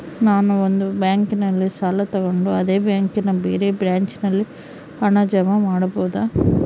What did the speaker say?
ನಾನು ಒಂದು ಬ್ಯಾಂಕಿನಲ್ಲಿ ಸಾಲ ತಗೊಂಡು ಅದೇ ಬ್ಯಾಂಕಿನ ಬೇರೆ ಬ್ರಾಂಚಿನಲ್ಲಿ ಹಣ ಜಮಾ ಮಾಡಬೋದ?